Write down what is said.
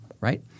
right